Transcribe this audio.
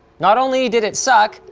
not only did it suck,